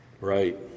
Right